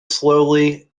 slowly